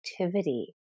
activity